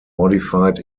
modified